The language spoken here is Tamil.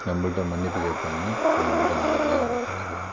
நம்பள்கிட்ட மன்னிப்பு கேட்பாங்க நம்பள்கிட்ட நல்லபடியாக வந்து பழகுவாங்க